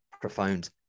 profound